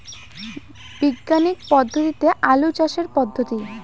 বিজ্ঞানিক পদ্ধতিতে আলু চাষের পদ্ধতি?